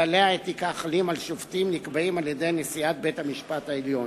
כללי האתיקה החלים על שופטים נקבעים על-ידי נשיאת בית-המשפט העליון.